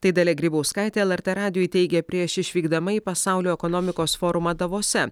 tai dalia grybauskaitė lrt radijui teigė prieš išvykdama į pasaulio ekonomikos forumą davose